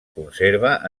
conserva